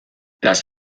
las